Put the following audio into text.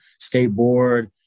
skateboard